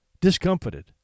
discomfited